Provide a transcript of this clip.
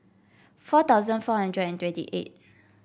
four thousand four hundred and twenty eight